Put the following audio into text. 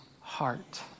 heart